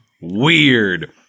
weird